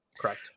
Correct